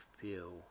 feel